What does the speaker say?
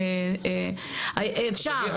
אפשר, יש להם.